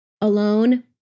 Alone